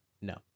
No